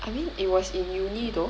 I mean it was in uni though